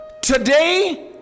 Today